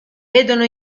vedono